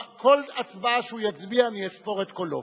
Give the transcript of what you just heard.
כל הצבעה שהוא יצביע, אני אספור את קולו.